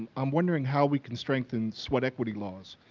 i'm wondering how we can strengthen sweat equity laws?